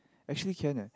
actually can leh